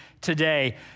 today